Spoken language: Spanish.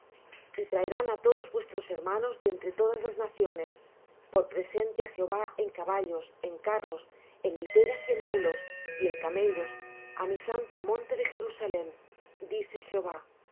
y traerán á todos vuestros hermanos de entre todas las naciones por presente á jehová en caballos en carros en literas y en mulos y en camellos á mi santo monte de jerusalem dice jehová